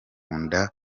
nda